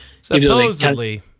Supposedly